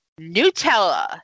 Nutella